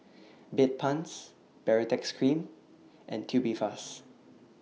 Bedpans Baritex Cream and Tubifast